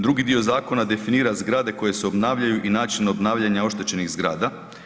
Drugi dio zakona definira zgrade koje se obnavljaju i način obnavljanja oštećenih zgrada.